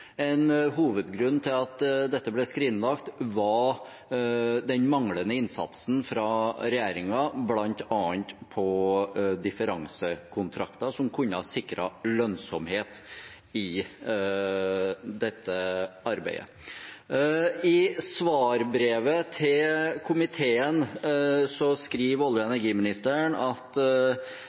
En hovedgrunn til at dette ble skrinlagt, var den manglende innsatsen fra regjeringen bl.a. på differansekontrakter, som kunne ha sikret lønnsomhet i dette arbeidet. I svarbrevet til komiteen skriver olje- og energiministeren at